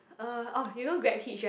uh oh you know Grab hitch right